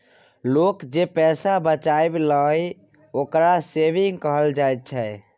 लोक जे पैसा बचाबइ छइ, ओकरा सेविंग कहल जाइ छइ